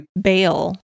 Bail